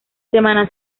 semana